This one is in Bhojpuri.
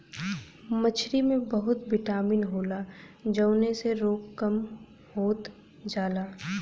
मछरी में बहुत बिटामिन होला जउने से रोग कम होत जाला